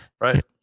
Right